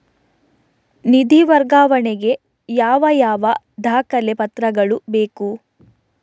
ನಿಧಿ ವರ್ಗಾವಣೆ ಗೆ ಯಾವ ಯಾವ ದಾಖಲೆ ಪತ್ರಗಳು ಬೇಕು?